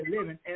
living